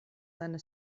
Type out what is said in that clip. seine